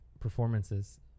Performances